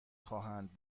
خواهند